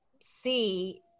see